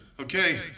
Okay